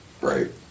Right